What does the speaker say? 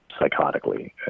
psychotically